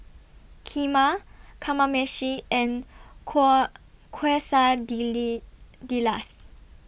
Kheema Kamameshi and